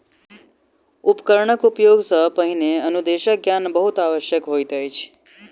उपकरणक उपयोग सॅ पहिने अनुदेशक ज्ञान बहुत आवश्यक होइत अछि